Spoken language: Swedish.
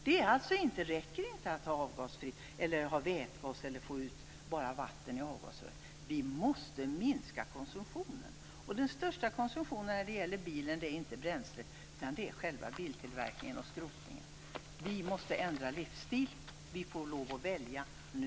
Det räcker alltså inte att köra avgasfritt eller använda vätgas eller få ut bara vatten i avgasröret. Vi måste minska konsumtionen. Den största konsumtionen när det gäller bilen är inte bränslet, utan det är själva tillverkningen och skrotningen. Vi måste ändra livsstil. Vi får lov att välja nu.